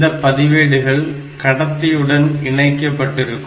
இந்த பதிவேடுகள் கடத்தியுடன் இணைக்கப்பட்டிருக்கும்